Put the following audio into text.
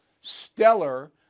stellar